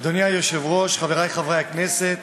אדוני היושב-ראש, חברי חברי הכנסת,